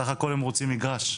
סך הכל הם רוצים מגרש.